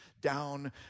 down